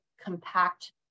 compact